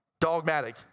Dogmatic